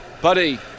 Buddy